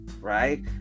right